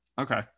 Okay